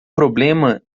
problema